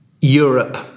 Europe